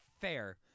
Fair